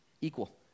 Equal